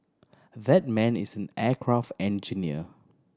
that man is aircraft engineer